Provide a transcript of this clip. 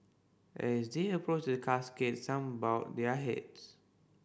as they approached the casket some bowed their heads